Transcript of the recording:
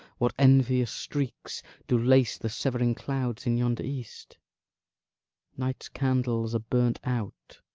what envious streaks do lace the severing clouds in yonder east night's candles are burnt out,